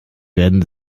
werden